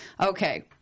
okay